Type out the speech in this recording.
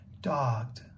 Dogged